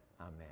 Amen